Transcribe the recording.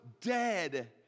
dead